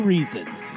Reasons